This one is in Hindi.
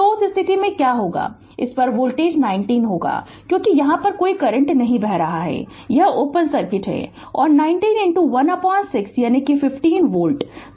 तो उस स्थिति में क्या होगा इस पर वोल्टेज 90 होगा क्योंकि यहां कोई करंट नहीं बह रहा है यह ओपन सर्किट है और 90 16 यानी 15 वोल्ट है